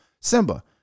simba